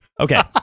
Okay